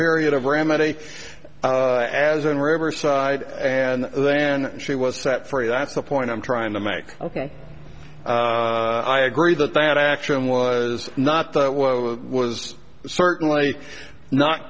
period of remedy as in riverside and then she was set free that's the point i'm trying to make ok i agree that that action was not that what was certainly not